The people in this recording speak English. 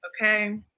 okay